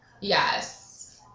Yes